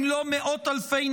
אם לא מאות אלפים.